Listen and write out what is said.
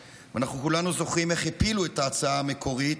כולנו זוכרים איך הפילו את ההצעה המקורית,